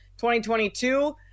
2022